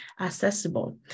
accessible